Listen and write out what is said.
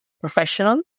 professional